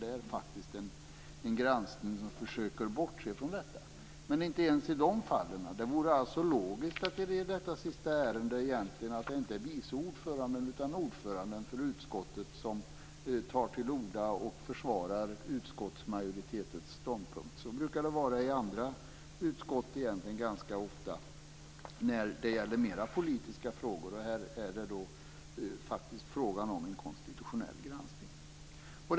Det är faktiskt en granskning som försöker bortse från detta. Men inte ens i dessa fall talar ordföranden för utskottet. Det vore logiskt i detta sista ärende att inte vice ordföranden utan ordföranden för utskottet tar till orda och försvarar utskottsmajoritetens ståndpunkt. Så brukar det ganska ofta vara i andra utskott när det gäller mer politiska frågor. Här är det faktiskt fråga om en konstitutionell granskning.